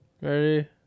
Ready